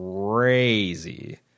crazy